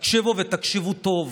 תקשיבו ותקשיבו טוב.